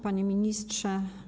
Panie Ministrze!